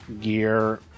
gear